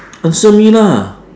answer me lah